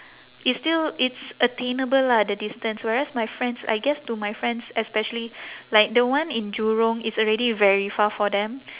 it's still it's attainable lah the distance whereas my friends I guess to my friends especially like the one in jurong it's already very far for them